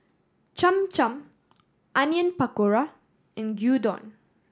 Cham Cham Onion Pakora and Gyudon